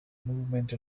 movement